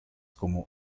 como